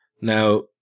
Now